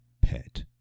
pet